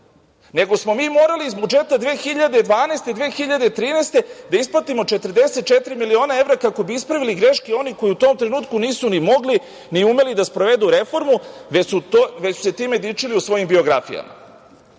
nego smo mi morali iz budžeta 2012. i 2013. godine da isplatimo 44 miliona evra kako bismo ispravili greške onih koji u tom trenutku nisu ni mogli, ni umeli da sprovedu reformu, već su se time dičili u svojim biografijama. Dok